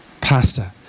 Pastor